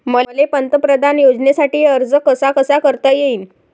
मले पंतप्रधान योजनेसाठी अर्ज कसा कसा करता येईन?